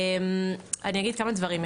אני אגיד כמה דברים.